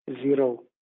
zero